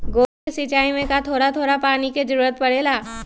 गोभी के सिचाई में का थोड़ा थोड़ा पानी के जरूरत परे ला?